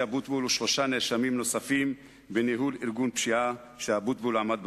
אבוטבול ושלושה נאשמים נוספים בניהול ארגון פשיעה שאבוטבול עמד בראשו.